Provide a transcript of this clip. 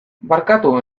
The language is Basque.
barkatu